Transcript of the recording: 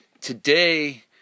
today